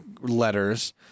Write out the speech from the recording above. letters